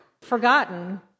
forgotten